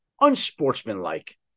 unsportsmanlike